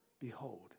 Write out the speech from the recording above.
behold